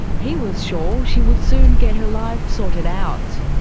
he was sure she would soon get her life sorted out.